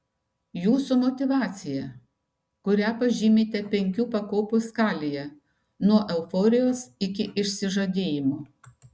jūsų motyvacija kurią pažymite penkių pakopų skalėje nuo euforijos iki išsižadėjimo